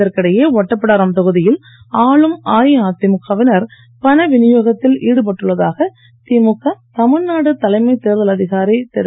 இதற்கிடையே ஒட்டபிடாரம் தொகுதியில் ஆளும் அஇஅதிமுக வினர் பண விநியோகத்தில் ஈடுபட்டுள்ளதாக திமுக தமிழ்நாடு தலைமை தேர்தல் அதிகாரி திரு